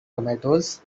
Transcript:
tomatoes